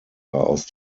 aus